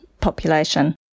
population